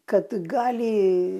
kad gali